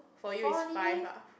for you it's five lah